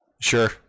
Sure